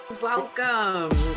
Welcome